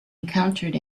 encountered